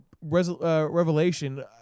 revelation